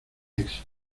éxito